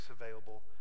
available